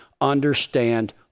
understand